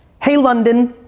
hey, london,